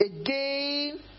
Again